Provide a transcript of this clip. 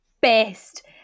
best